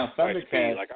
Thundercats